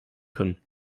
können